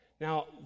Now